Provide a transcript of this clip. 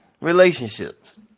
relationships